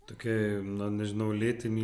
tokioj na nežinau lėtinėj